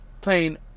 playing